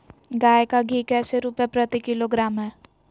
गाय का घी कैसे रुपए प्रति किलोग्राम है?